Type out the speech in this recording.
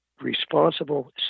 responsible